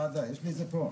יש לי את זה פה.